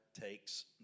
takes